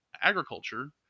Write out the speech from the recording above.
agriculture